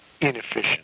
inefficient